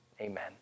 Amen